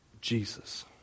Jesus